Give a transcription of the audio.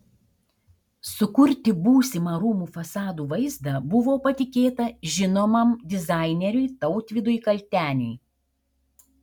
sukurti būsimą rūmų fasadų vaizdą buvo patikėta žinomam dizaineriui tautvydui kalteniui